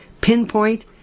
pinpoint